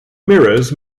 mirrors